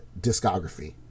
discography